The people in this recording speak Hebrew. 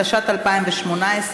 התשע"ט 2018,